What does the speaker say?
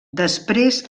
després